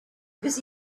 because